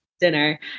dinner